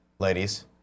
Ladies